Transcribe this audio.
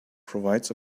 provides